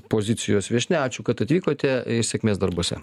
pozicijos viešnia ačiū kad atvykote i sėkmės darbuose